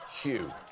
Hugh